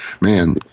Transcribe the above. man